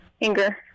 anger